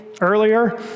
earlier